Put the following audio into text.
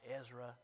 Ezra